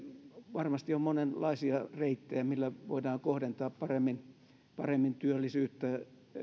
varmasti on monenlaisia reittejä millä voidaan kohdentaa paremmin paremmin työllisyyttä